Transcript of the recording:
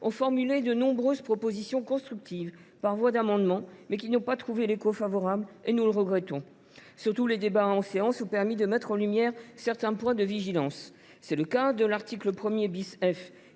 ont formulé de nombreuses propositions constructives, par voie d’amendement, qui n’ont pas trouvé d’écho favorable. Nous le regrettons. Surtout, les débats en séance ont permis de mettre en lumière certains points de vigilance. C’est le cas de l’article 1 F,